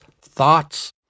thoughts